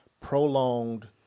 prolonged